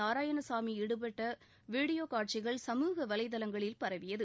நாராயணசாமி ஈடுபட்ட வீடியோ காட்சிகள் சமூக வலைதளஙகளில் பரவியது